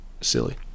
Silly